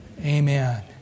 amen